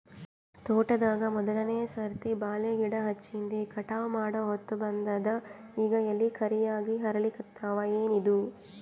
ತೋಟದಾಗ ಮೋದಲನೆ ಸರ್ತಿ ಬಾಳಿ ಗಿಡ ಹಚ್ಚಿನ್ರಿ, ಕಟಾವ ಮಾಡಹೊತ್ತ ಬಂದದ ಈಗ ಎಲಿ ಕರಿಯಾಗಿ ಹರಿಲಿಕತ್ತಾವ, ಏನಿದು?